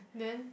then